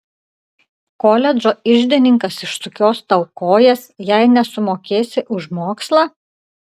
koledžo iždininkas išsukios tau kojas jei nesumokėsi už mokslą